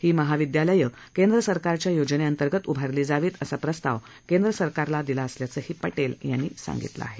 ही महाविदयालयं केंद्र सरकारच्या योजनेअंतर्गत उभारली जावीत असा प्रस्ताव केंद्र सरकारला दिला असल्याचंही पटेल यांनी सांगितलं आहे